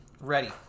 Ready